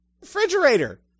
refrigerator